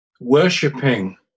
worshipping